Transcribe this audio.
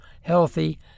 healthy